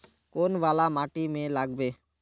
कौन वाला माटी में लागबे?